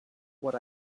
what